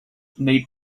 neat